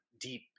deep